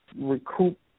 recoup